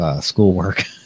schoolwork